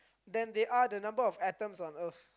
than there are the number of atoms on Earth